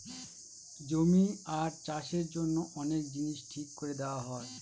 জমি আর চাষের জন্য অনেক জিনিস ঠিক করে নেওয়া হয়